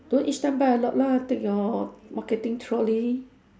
don't each time buy a lot lah take your marketing trolley